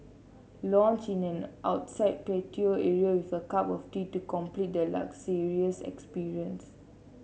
lounge in an outside patio area with a cup of tea to complete the luxurious experience